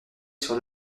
sur